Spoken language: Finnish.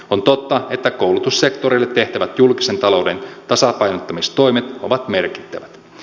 on totta että koulutussektorille tehtävät julkisen talouden tasapainottamistoimet ovat merkittävät